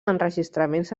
enregistraments